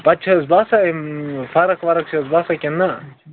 پَتہٕ چھِ حظ باسان فرق ورق چھِ حظ باسان کِنہٕ نا